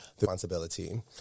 responsibility